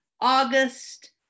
August